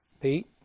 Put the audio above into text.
Pete